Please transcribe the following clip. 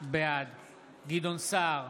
בעד גדעון סער,